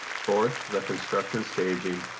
fourth the construction staging,